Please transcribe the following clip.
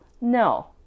No